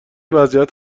وضعیت